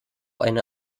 eine